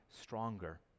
stronger